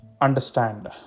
Understand